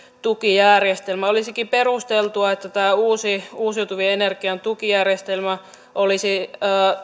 tukijärjestelmä olisikin perusteltua että tämä uusi uusiutuvan energian tukijärjestelmä olisi